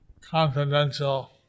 confidential